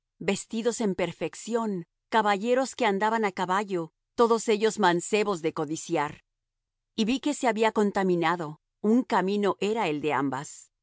vestidos en perfección caballeros que andaban á caballo todos ellos mancebos de codiciar y vi que se había contaminado un camino era el de ambas